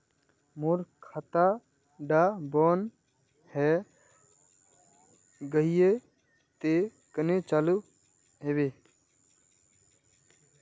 मोर खाता डा बन है गहिये ते कन्हे चालू हैबे?